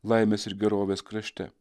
laimės ir gerovės krašte